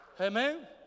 Amen